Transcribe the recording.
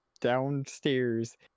downstairs